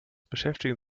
beschäftigen